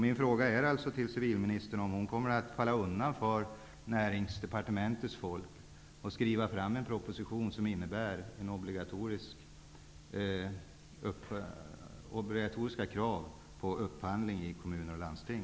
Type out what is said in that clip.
Min fråga till civilministern är om hon kommer att falla undan för Näringsdepartementets folk och skriva fram en proposition som innebär obligatoriskt krav på upphandling i kommuner och landsting.